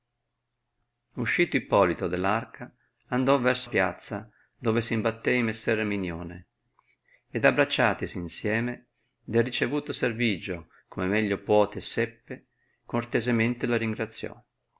uscito ippolito de arca andò verso piazza dove s imbattè in messer erminione ed abbraciatisi insieme del ricevuto servigio come meglio puote e seppe cortesemente lo ringraziò